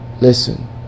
Listen